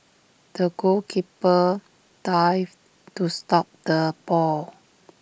the goalkeeper dived to stop the ball